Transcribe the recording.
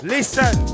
Listen